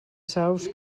saus